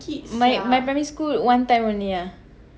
my my primary school one time only ah